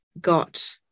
got